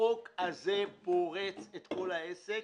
החוק הזה פורץ את כל העסק.